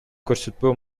көрсөтпөө